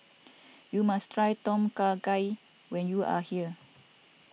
you must try Tom Kha Gai when you are here